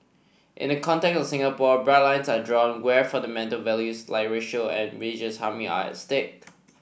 in the context of Singapore bright lines are drawn where fundamental values like racial and religious harmony are at stake